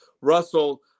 Russell